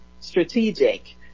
strategic